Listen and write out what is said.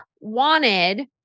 wanted